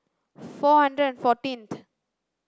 four hundred and fourteenth